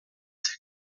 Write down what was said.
zen